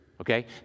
okay